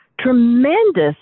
tremendous